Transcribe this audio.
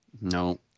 No